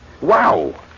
Wow